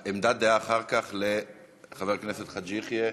עמדת דעה אחר כך לחבר הכנסת חאג' יחיא.